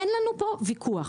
אין לנו פה ויכוח.